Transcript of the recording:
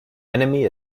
enemy